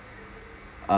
uh